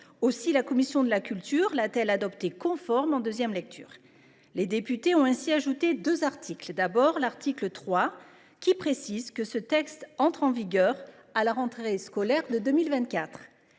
Aussi la commission de la culture l’a t elle adopté conforme en deuxième lecture. Les députés y ont ajouté deux articles. L’article 3 précise que ce texte entrera en vigueur à la rentrée scolaire de 2024.